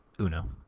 Uno